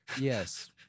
Yes